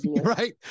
right